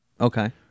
Okay